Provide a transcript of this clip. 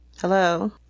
Hello